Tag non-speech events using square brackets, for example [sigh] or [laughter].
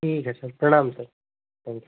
ठीक है सर प्रणाम सर [unintelligible]